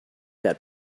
that